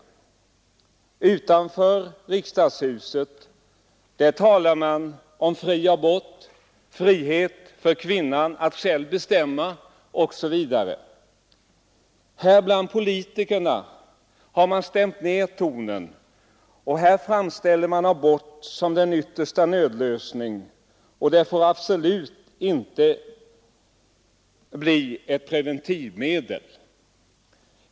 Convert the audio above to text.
Utanför riksdagshuset talas det om fri abort, frihet för kvinnan att själv bestämma, osv. Här bland politikerna har man stämt ned tonen, och här framställer man abort som en yttersta nödlösning — och den får absolut inte bli ett preventivmedel.